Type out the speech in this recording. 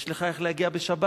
יש לך איך להגיע בשבת?